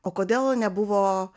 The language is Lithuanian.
o kodėl nebuvo